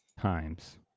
times